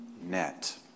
net